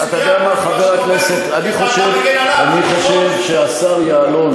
אני חושב שהשר יעלון,